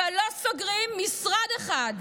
אבל לא סוגרים משרד אחד.